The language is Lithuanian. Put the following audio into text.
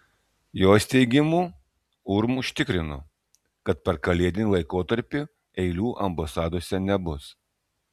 jos teigimu urm užtikrino kad per kalėdinį laikotarpį eilių ambasadose nebus